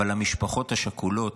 אבל המשפחות השכולות,